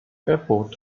airport